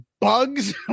bugs